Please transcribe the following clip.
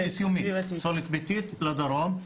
על בסיס יומי, פסולת ביתית לדרום.